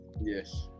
Yes